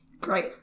Great